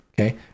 Okay